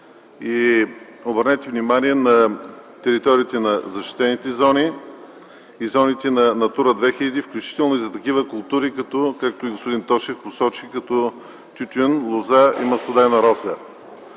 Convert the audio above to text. и, обърнете внимание, на териториите на защитените зони и зоните на Натура 2000, включително и за такива култури, както и господин Тошев